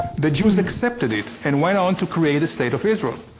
the jews accepted it and went on to create the state of israel,